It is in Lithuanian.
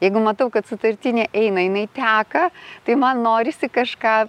jeigu matau kad sutartinė eina jinai teka tai man norisi kažką